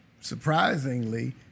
Surprisingly